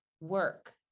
work